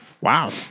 Wow